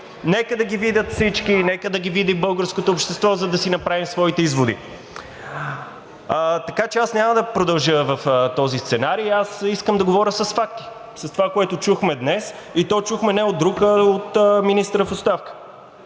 нека да ги видят всички, нека да ги види българското общество, за да си направи своите изводи. Аз няма да продължа в този сценарий. Аз искам да говоря с факти – с това, което чухме днес, и то чухме не от друг, а от министъра в оставка.